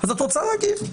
אז את רוצה להגיב.